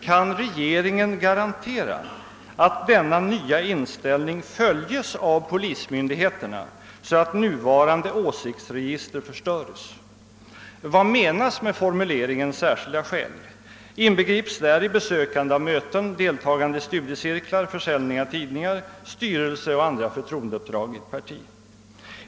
Kan regeringen garantera att denna nya inställning följes av polismyndigheterna, så att nuvarande åsiktsregister förstöres? Vad menas med formuleringen »särskilda skäl»? Inbegrips däri besökande av möten, deltagande i studiecirklar, försäljning av tidningar, styrelseoch andra förtroendeuppdrag i ett parti?